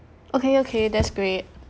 okay okay that's great